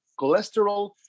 cholesterol